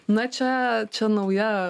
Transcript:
na čia čia nauja